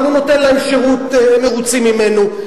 אבל הוא נותן להם שירות, הם מרוצים ממנו.